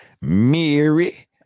Mary